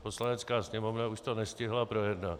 Poslanecká sněmovna už to nestihla projednat.